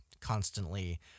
constantly